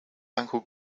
uncle